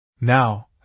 Now